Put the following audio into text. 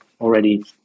already